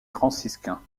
franciscains